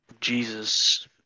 Jesus